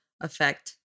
effect